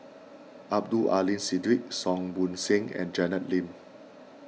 Abdul Aleem Siddique Song Ong Siang and Janet Lim